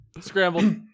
Scrambled